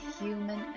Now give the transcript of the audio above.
human